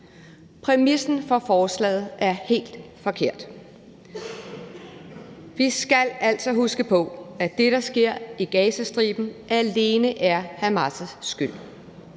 Præmissen for forslaget er helt forkert. Vi skal altså huske på, at det, der sker i Gazastriben, alene er Hamas' skyld.